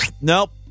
Nope